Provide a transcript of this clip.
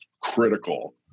critical